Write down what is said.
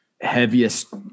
heaviest